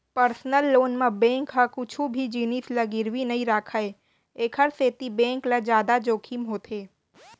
personal loan म bank ह कुछु भी जिनिस ल गिरवी नइ राखय एखर सेती बेंक ल जादा जोखिम होथे